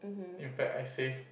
in fact I save